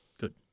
Good